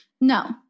No